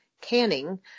canning